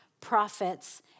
prophets